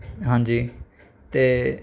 ਹਾਂਜੀ ਅਤੇ